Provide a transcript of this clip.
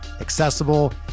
accessible